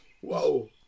Whoa